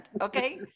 okay